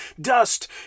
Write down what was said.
dust